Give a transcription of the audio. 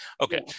Okay